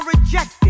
rejected